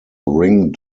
ring